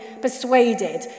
persuaded